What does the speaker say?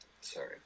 sorry